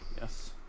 Yes